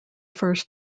first